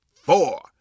four